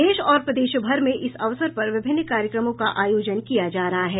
देश और प्रदेश भर में इस अवसर पर विभिन्न कार्यक्रमों का आयोजन किया जा रहा है